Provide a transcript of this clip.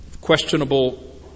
questionable